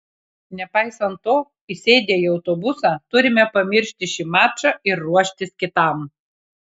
nepaisant to įsėdę į autobusą turime pamiršti šį mačą ir ruoštis kitam